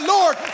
Lord